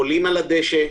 עולים על הדשא,